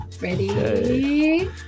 Ready